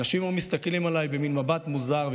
אנשים היו מסתכלים עליי במין מבט מוזר,